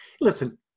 listen